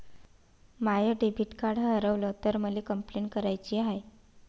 माय debit card हारवल तर मले कंपलेंट कराची हाय